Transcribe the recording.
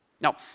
Now